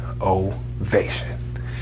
ovation